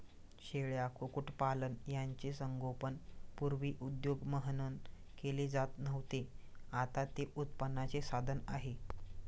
शेळ्या, कुक्कुटपालन यांचे संगोपन पूर्वी उद्योग म्हणून केले जात नव्हते, आता ते उत्पन्नाचे साधन आहे